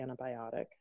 antibiotic